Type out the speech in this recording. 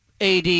AD